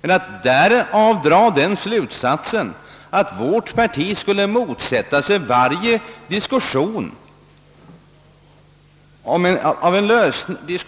Men att därav dra den slutsatsen att vårt parti skulle motsätta sig varje diskussion om en lösning